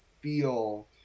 feel